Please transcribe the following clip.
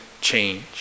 change